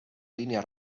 línia